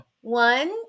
One